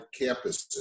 campuses